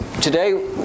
today